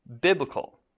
biblical